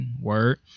Word